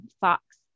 Fox